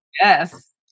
Yes